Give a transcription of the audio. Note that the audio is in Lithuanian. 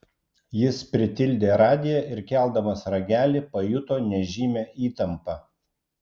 jis pritildė radiją ir keldamas ragelį pajuto nežymią įtampą